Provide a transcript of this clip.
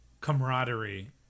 camaraderie